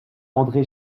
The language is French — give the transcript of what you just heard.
andré